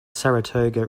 saratoga